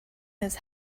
his